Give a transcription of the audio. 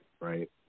right